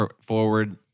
forward